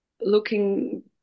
looking